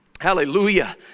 Hallelujah